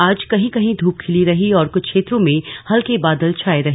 आज कहीं कहीं धूप खिली रही और कुछ क्षेत्रों में हल्के बादल छाये रहे